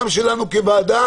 גם שלנו כוועדה